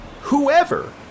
whoever